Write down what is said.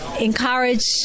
encourage